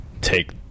take